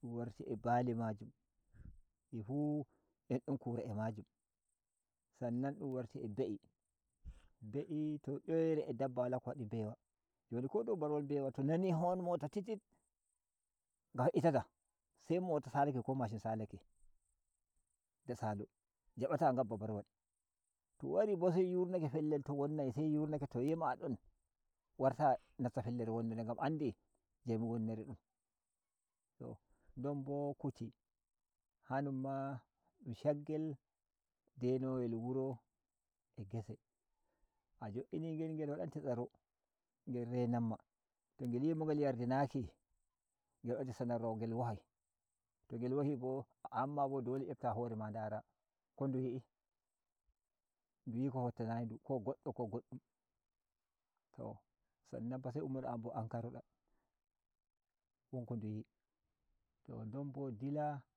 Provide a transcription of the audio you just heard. sɗooun warti a bali majum difu en don kura a majum sannan dun warti a be’i, be’i to youre a dabba wala ko wadi mbewa joni ko dow barwal mbewa to nani hon mota titit nga be’i tata se mota salake ko mashin salake da salo jabata gabba barwal to wari bo sai yurnake fellele to wonnai sai yurnake toyima adon warta nasta fellere wonnere gam andi jemu wonnere dun to non bo kuti hanum ma dun shaggel denoyel wuro a gese ta jo’inigel gel wadante tsaro gel renamma to ngelyi mo yardinaki ngel renamma to ngelyi mo yardinaki ngel wadaite sanarwa ngel wohai to ngel wolibo ammabo bo dole ‘yebta horema dara ko ndu yi’i nduyi ko fottanayi du ko goddo ko goddum to sannan fa se ummoda amb ankaroda won ko ndu yi to non bo dila